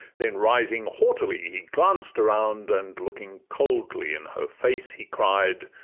then rising haughtily he glanced around, and looking coldly in her face, he cried,